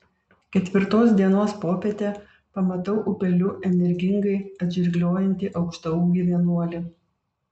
ketvirtos dienos popietę pamatau upeliu energingai atžirgliojantį aukštaūgį vienuolį